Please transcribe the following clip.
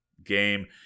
game